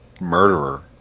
murderer